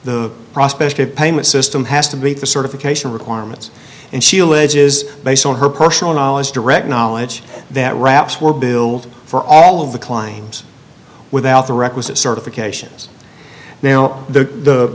the prospect of payment system has to be for certification requirements and she always is based on her personal knowledge direct knowledge that wraps were billed for all of the klein's without the requisite certifications now the